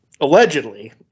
allegedly